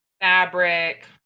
fabric